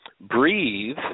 breathe